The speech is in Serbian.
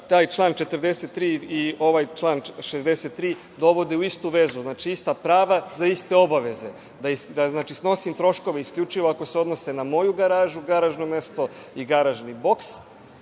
taj član 43. i ovaj član 63. dovode u istu vezu. Znači, ista prava za iste obaveze. Znači, da snosim troškove isključivo ako se odnose na moju garažu, moje garažno mesto i garažni boks